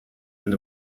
and